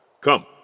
Come